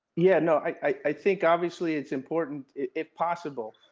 yeah, no, i think obviously it's important if possible,